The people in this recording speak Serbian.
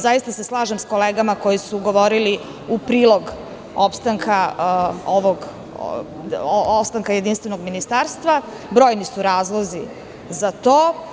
Zaista se slažem sa kolegama koji su govorili u prilog opstanka jedinstvenog ministarstva, brojni su razlozi za to.